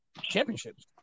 championships